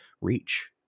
reach